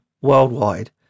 worldwide